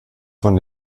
von